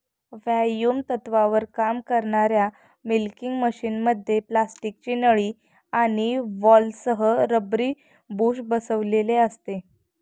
vacuum तत्त्वावर काम करणाऱ्या मिल्किंग मशिनमध्ये प्लास्टिकची नळी आणि व्हॉल्व्हसह रबरी बुश बसविलेले असते